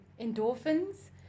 endorphins